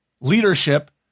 leadership